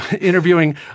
interviewing